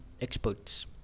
experts